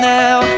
now